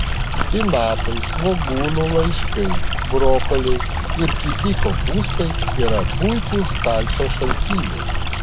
špinatai svogūnų laiškai brokoliai ir kiti kopūstai yra puikūs kalcio šaltiniai